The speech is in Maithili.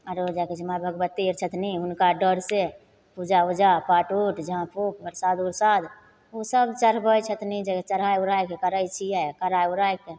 माँ भगवती अर छथिन हुनका डरसँ पूजा उजा पाठ उठ प्रसाद उरसाद उ सब चढ़बय छथिन जे चढ़ाय उढ़ायके करय छियै करय उरयके